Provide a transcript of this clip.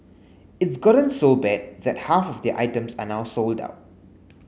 it's gotten so bad that half of their items are now sold out